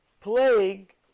plague